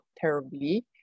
terribly